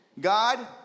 God